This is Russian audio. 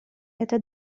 это